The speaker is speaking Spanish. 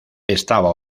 estaba